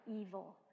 evil